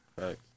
Right